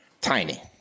Tiny